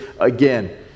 again